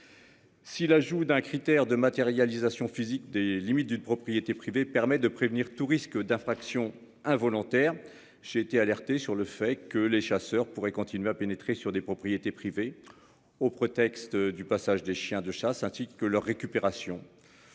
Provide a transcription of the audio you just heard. Si l'ajout d'un critère de matérialisation physique des limites d'une propriété privée permet de prévenir tout risque d'infraction involontaire. J'ai été alerté sur le fait que les chasseurs pourraient continuer à pénétrer sur des propriétés privées, au prétexte du passage des chiens de chasse ainsi que leur récupération.